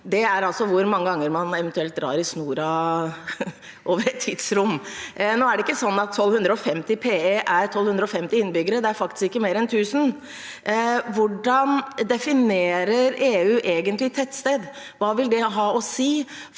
Det er altså hvor mange ganger man eventuelt drar i snoren over et gitt tidsrom. Nå er det ikke sånn at 1 250 PE er 1 250 innbyggere, det er faktisk ikke mer enn 1 000. Hvordan definerer EU egentlig et tettsted? Hva vil det ha å si